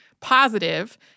positive